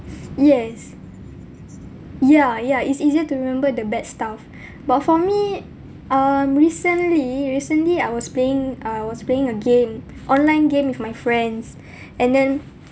yes yeah ya it's easier to remember the bad stuff but for me um recently recently I was playing uh I was playing a game online game with my friends and then